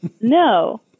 No